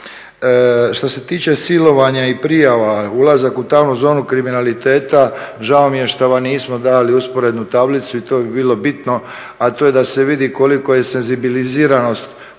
Što se tiče silovanja i prijava, ulazak u tamnu zonu kriminaliteta, žao mi je što vam nismo dali usporednu tablicu i to bi bilo bitno, a to je da se vidi koliko je senzibiliziranost